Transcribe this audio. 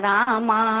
Rama